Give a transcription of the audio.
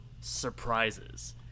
surprises